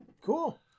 Cool